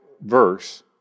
verse